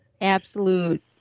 absolute